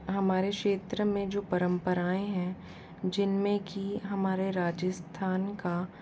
हमारे क्षेत्र में जो परम्पराएँ हैं जिनमें की हमारे राजस्थान का